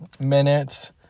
minutes